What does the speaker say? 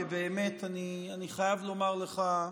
כי באמת אני חייב לומר לך,